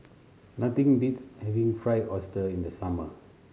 nothing beats having Fried Oyster in the summer